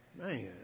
Man